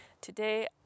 Today